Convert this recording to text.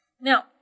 Now